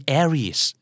aries